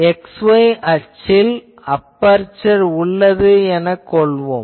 x y அச்சில் aperture உள்ளது எனக் கொள்வோம்